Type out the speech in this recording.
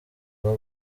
aho